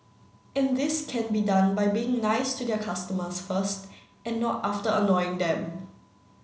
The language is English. and this can be done by being nice to their customers first and not after annoying them